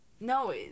No